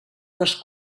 les